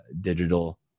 digital